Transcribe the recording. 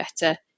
better